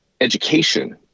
education